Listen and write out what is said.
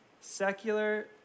Secular